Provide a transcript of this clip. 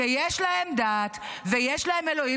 שיש להם דת ויש להם אלוהים,